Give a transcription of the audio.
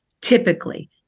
typically